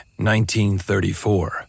1934